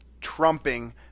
trumping